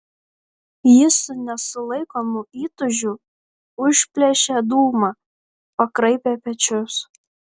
jis su nesulaikomu įtūžiu užplėšė dūmą pakraipė pečius